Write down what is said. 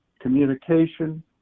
communication